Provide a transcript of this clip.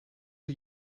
are